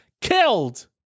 killed